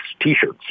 T-shirts